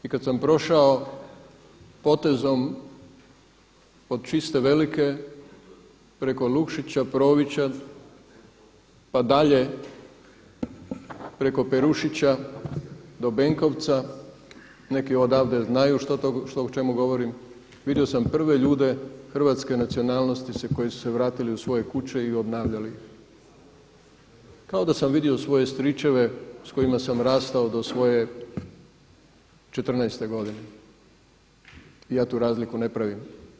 I kada sam prošao potezom od Čiste Velike preko Lukšića, Provića pa dalje preko Perušića do Benkovca, neki odavde znaju o čemu govorim, vidio sam prve ljude hrvatske nacionalnosti koji su se vratili u svoje kuće i obnavljali ih, kao da sam vidio svoje stričeve s kojima sam rastao do svoje 14. godine i ja tu razliku ne pravim.